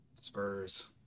Spurs